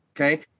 okay